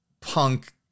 punk